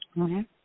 Okay